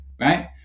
right